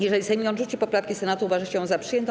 Jeżeli Sejm nie odrzuci poprawki Senatu, uważa się ją za przyjętą.